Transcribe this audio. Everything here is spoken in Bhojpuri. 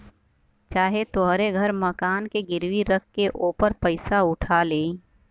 चाहे तोहरे घर मकान के गिरवी रख के ओपर पइसा उठा लेई